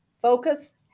focus